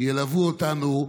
ילוו אותנו.